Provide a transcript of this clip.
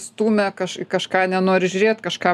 stumia kaž kažką nenori žiūrėt kažką